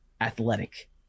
athletic